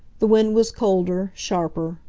the wind was colder, sharper.